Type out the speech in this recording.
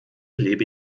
lebe